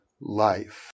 Life